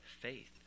faith